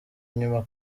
inyuma